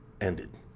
ended